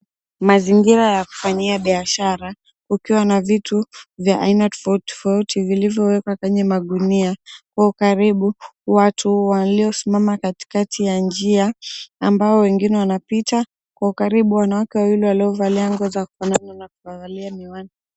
Mazingira ya kufanyia biashara kukiwa na vitu vya aina tofauti tofauti vilivyowekwa kwenye magunia. Kwa ukaribu, watu waliosimama katikati ya njia ambao wengine wanapita. Kwa ukaribu wanawake waliovalia nguo za kufanana na wamevalia miwani.